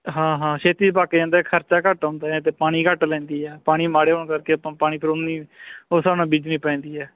ਹਾਂ ਹਾਂ ਛੇਤੀ ਪੱਕ ਜਾਂਦਾ ਖਰਚਾ ਘੱਟ ਹੁੰਦਾ ਅਤੇ ਪਾਣੀ ਘੱਟ ਲੈਂਦੀ ਆ ਪਾਣੀ ਮਾੜੇ ਹੋਣ ਕਰਕੇ ਆਪਾਂ ਪਾਣੀ ਪਰੋਨੀ ਉਸ ਹਿਸਾਬ ਨਾਲ ਬੀਜਣੀ ਪੈਂਦੀ ਹੈ